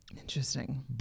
Interesting